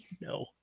No